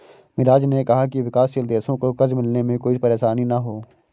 मिराज ने कहा कि विकासशील देशों को कर्ज मिलने में कोई परेशानी न हो